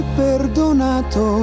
perdonato